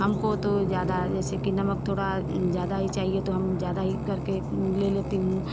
हमको तो ज़्यादा जैसे कि नमक थोड़ा ज़्यादा ही चाहिए तो हम ज़्यादा ही करके ले लेती हूँ